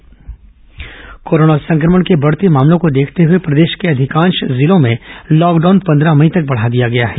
lockdown corona संक्रमण के बढ़ते मामलों को देखते हुए प्रदेश के अधिकांश जिलों में लॉकडाउन पंद्रह मई तक बढा दिया गया है